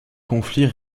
conflits